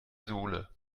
sohle